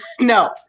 no